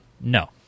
No